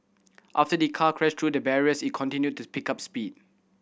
after the car crashed through the barriers it continued to pick up speed